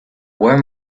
worm